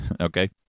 Okay